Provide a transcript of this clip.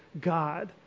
God